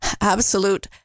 absolute